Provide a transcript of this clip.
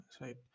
right